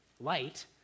light